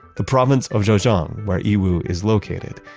the province of zhejiang, where yiwu is located,